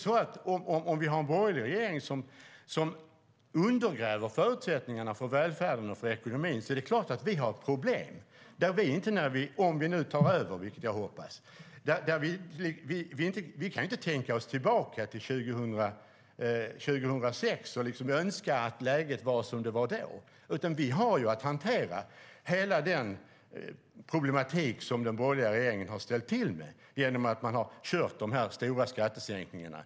Om vi har en borgerlig regering som undergräver förutsättningarna för välfärden och ekonomin är det klart att vi har problem om vi nu tar över, vilket jag hoppas. Vi kan ju inte tänka oss tillbaka till 2006 och önska att läget var som det var då, utan vi har att hantera hela den problematik som den borgerliga regeringen har ställt till med genom de stora skattesänkningarna.